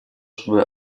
чтобы